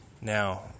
Now